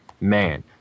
Man